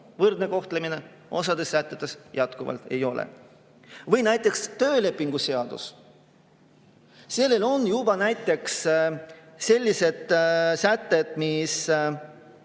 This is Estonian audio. võrdne kohtlemine, osades sätetes jätkuvalt ei ole. Või näiteks töölepingu seadus. Selles on juba sellised sätted, mis